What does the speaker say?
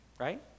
Right